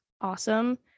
awesome